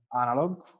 analog